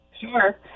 Sure